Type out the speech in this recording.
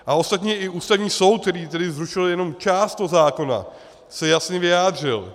A ostatně i Ústavní soud, který tedy zrušil jenom část toho zákona, se jasně vyjádřil.